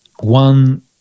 One